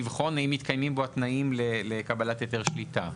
לבחון האם מתקיימים בו התנאים לקבלת היתר שליטה,